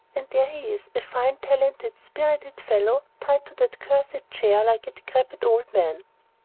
and there he is a fine, talented, spirited fellow tied to that cursed chair like a decrepit old man.